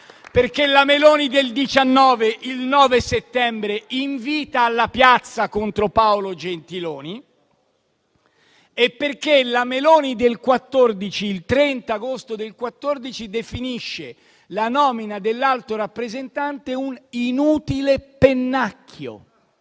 La Meloni del 2019, il 9 settembre, invita alla piazza contro Paolo Gentiloni, e la Meloni del 2014, il 30 agosto, definisce la nomina dell'Alto rappresentante un inutile pennacchio.